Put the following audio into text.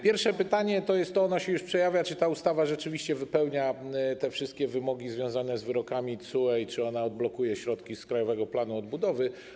Pierwsze pytanie, ono się już pojawia: Czy ta ustawa rzeczywiście wypełnia wszystkie wymogi związane z wyrokami TSUE i czy ona odblokuje środki z Krajowego Planu Obudowy?